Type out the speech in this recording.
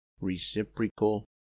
reciprocal